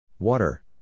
Water